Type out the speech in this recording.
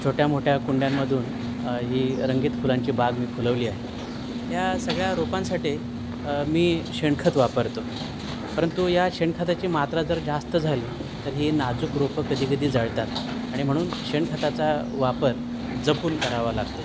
छोट्या मोठ्या कुंड्यांमधून ही रंगीत फुलांची बाग मी फुलवली आहे या सगळ्या रोपांसाठी मी शेणखत वापरतो परंतु या शेणखताची मात्रा जर जास्त झाली तर ही नाजूक रोपं कधीकधी जळतात आणि म्हणून शेणखताचा वापर जपून करावा लागतो